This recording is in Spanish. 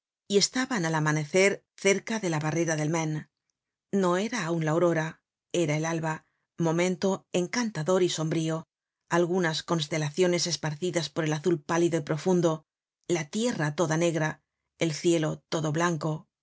y estaban al amanecer cerca de la barrera del maine no era aun la aurora era el alba momento encantador y sombrío algunas constelaciones esparcidas por el azul pálido y profundo la tierra toda negra el cielo todo blanco